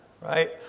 right